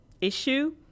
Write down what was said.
issue